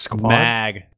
Mag